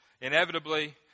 inevitably